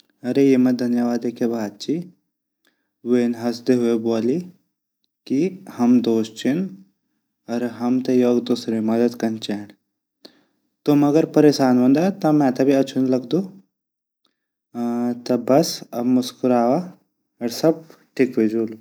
अरे येमा दन्यवादे क्या बात ची वैन हसदे हुए ब्वोली की हम दोस्त छिन अर हमते योक दूसरे मदद कन चैन्ड तुम अगर परेशां वोन्दा ता मेते भी अच्छू नि लगदु अर ता बस अब मुस्कुरावा अर सब ठिक वे जोलु ।